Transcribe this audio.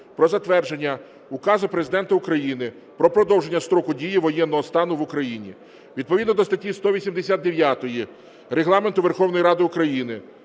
про затвердження Указу Президента України "Про продовження строку дії воєнного стану в Україні". Відповідно до статті 189 Регламенту Верховної Ради України